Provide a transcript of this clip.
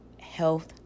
health